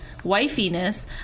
wifiness